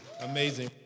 amazing